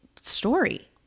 story